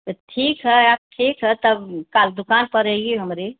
त ठीक है आप तब काल दुकान पर आइए हमारे